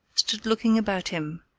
stood looking about him,